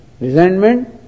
Resentment